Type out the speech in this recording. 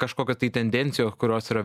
kažkokios tai tendencijos kurios yra